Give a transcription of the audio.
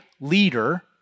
leader